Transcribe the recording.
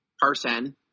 person